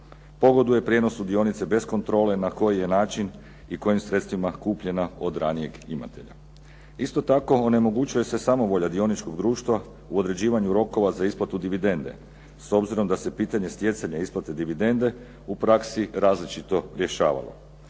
pogoduje prijenosu dionice bez kontrole na koji je način i kojim sredstvima kupljena od ranijeg imatelja. Isto tako onemogućuje se samovolja dioničkog društva u određivanju rokova za isplatu dividende, s obzirom da se pitanje stjecanja isplate dividende u praksi različito rješavalo.